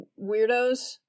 weirdos